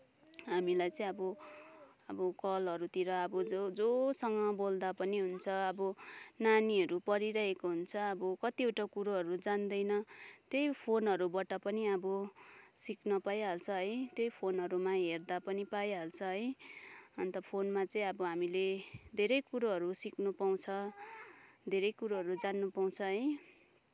हामीलाई चाहिँ अब अब कलहरूतिर अब जो जोसँग बोल्दा पनि हुन्छ नानीहरू पढिरहेको हुन्छ अब कतिवटा कुरोहरू जान्दैन त्यही फोनहरूबाट पनि अब सिक्न पाइहाल्छ है त्यही फोनहरूमा हेर्दा पनि पाइहाल्छ है अन्त फोनमा चाहिँ अब हामीले धेरै कुरोहरू सिक्न पाउँछ धेरै कुरोहरू जान्न पाउँछ है